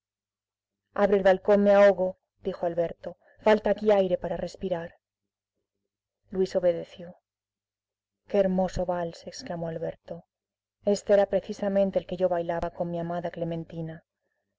el balcón me ahogo dijo alberto falta aquí aire para respirar luis obedeció que hermoso vals exclamó alberto este era precisamente el que yo bailaba con mi amada clementina